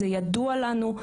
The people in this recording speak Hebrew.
זה ידוע לנו.